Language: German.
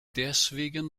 deswegen